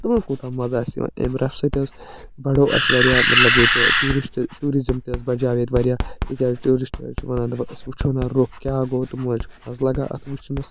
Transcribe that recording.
تِمَن کوٗتاہ مَزٕ آسہِ یِوان أمۍ روٚفہِ سۭتۍ حظ بڑاو اَسہِ واریاہ مطلب ییٚتہِ ٹوٗرِشٹ ٹوٗرزِم تہِ حظ بجاو ییٚتہِ واریاہ تِکیٛازِ ٹوٗرِشٹ حظ چھِ وَنان أسۍ وُچھَو نا روٚف کیٛاہ گوٚو تِمَو حظ چھِ مَزٕ لگان اَتھ وٕچھنَس